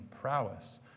prowess